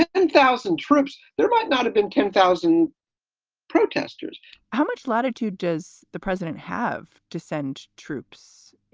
and thousand troops. there might not have been ten thousand protesters how much latitude does the president have to send troops?